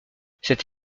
cette